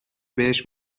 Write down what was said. بهش